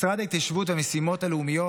משרד ההתיישבות והמשימות הלאומיות,